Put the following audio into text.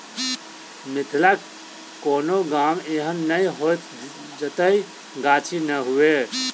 मिथिलाक कोनो गाम एहन नै होयत जतय गाछी नै हुए